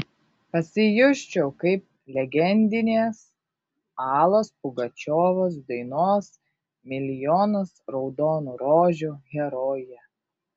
pasijusčiau kaip legendinės alos pugačiovos dainos milijonas raudonų rožių herojė